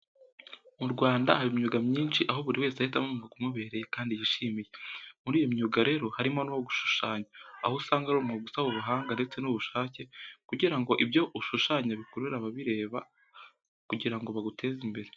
Mu Rwanda haba imyuga myinshi aho buri wese ahitamo umwuga umubereye kandi yishimiye. Muri iyo myuga rero harimo n'uwo gushushanya aho usanga ari umwuga usaba ubuhanga ndetse n'ubushake kugirango ibyo ushushanya bikurure ababireba kugirango baguteze imbere.